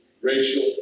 racial